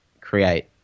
create